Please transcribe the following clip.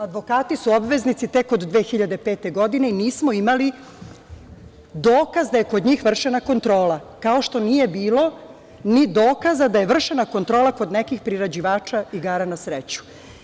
Advokati su obveznici tek od 2005. godine i nismo imali dokaz da je kod njih vršena kontrola, kao što nije bilo ni dokaza da je vršena kontrola kod nekih priređivača igara na sreću.